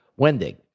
Wendig